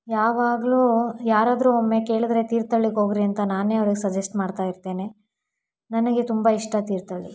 ಯಾವಾಗಲೂ ಯಾರಾದರೂ ಒಮ್ಮೆ ಕೇಳಿದ್ರೆ ತೀರ್ಥಳ್ಳಿಗೆ ಹೋಗ್ರಿ ಅಂತ ನಾನೇ ಅವ್ರಿಗೆ ಸಜೆಸ್ಟ್ ಮಾಡ್ತಾ ಇರ್ತೀನಿ ನನಗೆ ತುಂಬ ಇಷ್ಟ ತೀರ್ಥಳ್ಳಿ